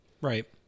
Right